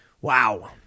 Wow